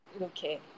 Okay